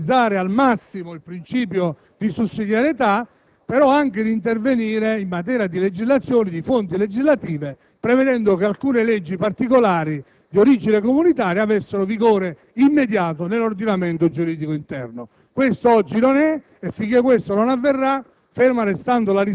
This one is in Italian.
carico di valorizzare al massimo il principio di sussidiarietà ma anche di intervenire in materia di fonti legislative, prevedendo che alcune leggi particolari di origine comunitaria avessero vigenza immediata nell'ordinamento giuridico interno. Questo oggi non è e finché non avverrà,